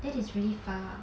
that is really far